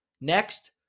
Next